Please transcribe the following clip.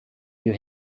you